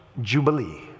jubilee